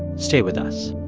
stay with us